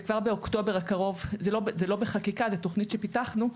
זה לא בחקיקה, זה תוכנית שפיתחנו,